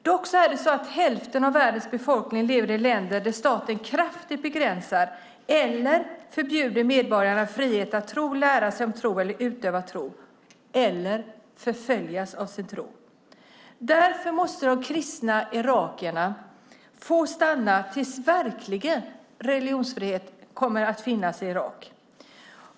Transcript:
Dock är det så att hälften av världens befolkning lever i länder där staten kraftigt begränsar eller förbjuder medborgarnas frihet att tro, lära sig om tro eller utöva tro eller där de förföljs för sin tro. Därför måste de kristna irakierna få stanna tills verklig religionsfrihet finns i Irak.